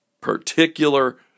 particular